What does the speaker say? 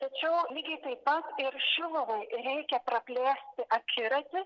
tačiau lygiai taip pat ir šiluvai reikia praplėsti akiratį